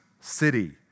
city